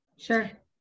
Sure